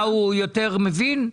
מה, הוא יותר מבין?